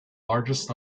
largest